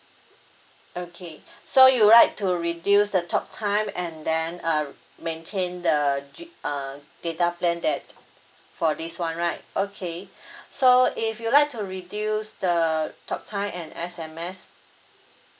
okay so you would like to reduce the talk time and then uh maintain the G uh data plan that for this one right okay so if you'd like to reduce the talk time and S_M_S